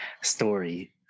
story